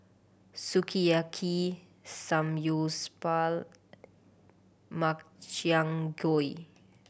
Sukiyaki Samgyeopsal Makchang Gui